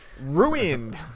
Ruined